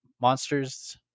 monsters